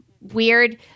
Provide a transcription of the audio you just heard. weird